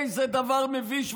איזה דבר מביש.